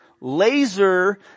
Laser